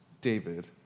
David